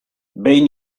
behin